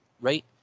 right